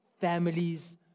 families